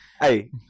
Hey